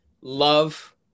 love